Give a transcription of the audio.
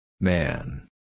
Man